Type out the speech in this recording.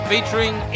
Featuring